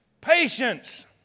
patience